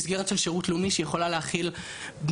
מסגרת של שירות לאומי שיכולה להכיל בני